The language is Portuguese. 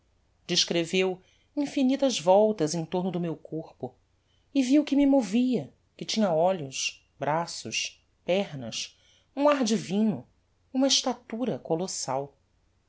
descreveu infinitas voltas em torno do meu corpo e viu que me movia que tinha olhos braços pernas um ar divino uma estatura collossal